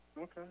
Okay